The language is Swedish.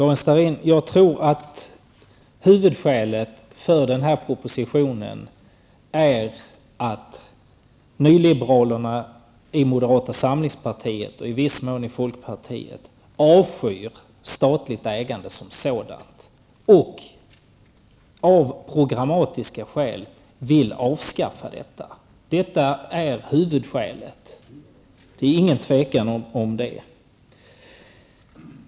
Herr talman! Karin Starrin, huvudskälet till denna proposition är att nyliberalerna i moderata samlingspartiet och i viss mån i folkpartiet avskyr statligt ägande som sådant och av programmatiska skäl vill avskaffa det. Detta är huvudskälet. Det råder inget tvivel om det.